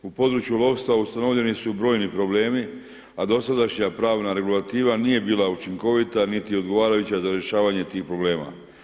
U području lovstva ustanovljeni su brojni problemi a dosadašnja pravna regulativa nije bila učinkovita niti odgovarajuća za rješavanja tih problema.